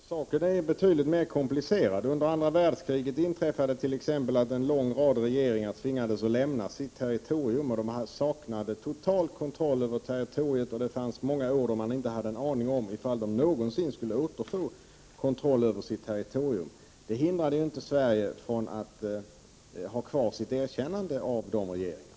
Herr talman! Saken är betydligt mer komplicerad. Under andra världskriget inträffade t.ex. att en lång rad regeringar tvingades lämna sitt territorium. De saknade totalt kontroll över territoriet, och under många år hade man inte en aning om ifall de någonsin skulle återfå kontrollen. Detta hindrade inte Sverige från att bibehålla sitt erkännande av dessa regeringar.